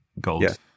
gold